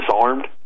disarmed